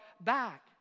back